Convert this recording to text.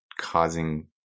causing